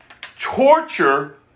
torture